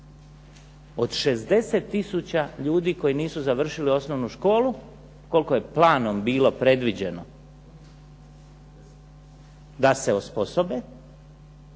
Od 60 tisuća ljudi koji nisu završili osnovnu školu, koliko je planom bilo predviđeno da se osposobe,